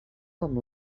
com